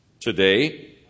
today